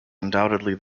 undoubtedly